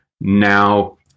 now